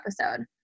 episode